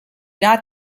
not